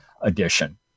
edition